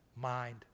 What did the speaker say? mind